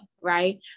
right